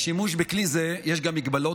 לשימוש בכלי זה יש גם מגבלות,